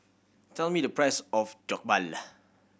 tell me the price of Jokbal